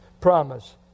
promise